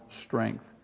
strength